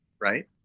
right